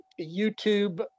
YouTube